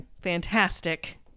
Fantastic